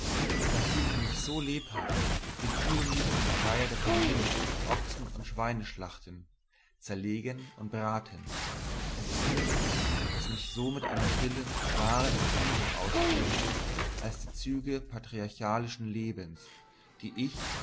da fühl ich so lebhaft wie die übermütigen freier der penelope ochsen und schweine schlachten zerlegen und braten es ist nichts das mich so mit einer stillen wahren empfindung ausfüllte als die züge patriarchalischen lebens die ich